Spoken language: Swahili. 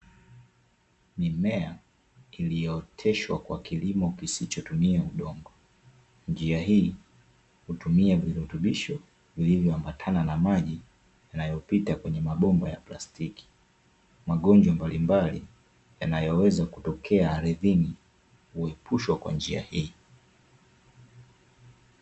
Mimea iliyooteshwa kwa kilimo kisichotumia udongo. Njia hii hutumia virutubisho vilivyoambatana na maji yanayopita kwenye mabomba ya plastiki, magojwa mbalibali yanayoweza kutokea ardhini huepushwa kwa njia hii.